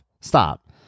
Stop